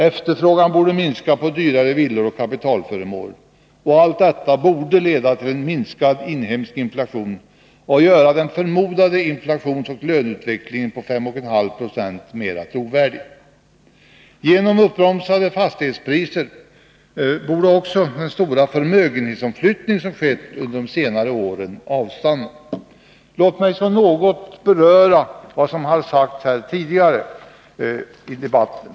Efterfrågan borde minska på dyrare villor och kapitalföremål. Allt detta borde leda till minskad inhemsk inflation och göra den förmodade inflationsoch löneutvecklingen på 5 1/2 Jo mera trovärdig. Nr 171 Genom uppbromsade fastighetspriser borde också den stora förmögen Onsdagen den hetsomflyttning som har skett under de senaste åren avstanna. 9 juni 1982 Låt mig sedan något beröra vad som har sagts tidigare i debatten.